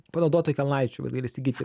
panaudotų kelnaičių vat gali įsigyti